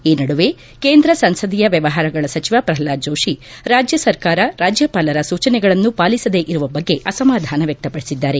ಈ ನಡುವೆ ಕೇಂದ್ರ ಸಂಸದೀಯ ವ್ಲವಹಾರಗಳ ಸಚಿವ ಪ್ರಹ್ಲಾದ್ ಜೋಷಿ ರಾಜ್ಯ ಸರ್ಕಾರ ರಾಜ್ಯಪಾಲರ ಸೂಚನೆಗಳನ್ನು ಪಾಲಿಸದೇ ಇರುವ ಬಗ್ಗೆ ಅಸಮಾಧಾನ ವ್ಯಕ್ತಪಡಿಸಿದ್ದಾರೆ